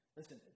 Listen